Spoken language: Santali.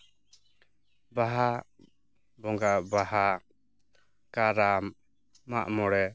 ᱵᱟᱦᱟ ᱵᱚᱸᱜᱟ ᱵᱟᱦᱟ ᱠᱟᱨᱟᱢ ᱢᱟᱜ ᱢᱚᱬᱮ